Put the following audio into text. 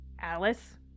Alice